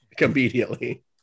immediately